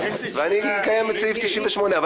ואני אקיים את סעיף 98. יש לי שאלה.